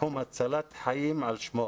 בתחום הצלת חיים על שמו